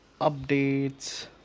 updates